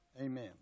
Amen